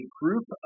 group